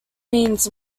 means